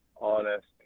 honest